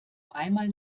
einmal